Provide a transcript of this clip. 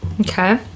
Okay